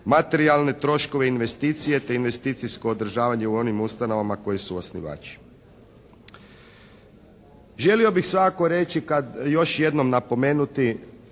materijalne troškove, investicije te investicijsko održavanje u onim ustanovama koje su osnivači. Želio bih svakako reći, još jednom napomenuti,